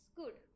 good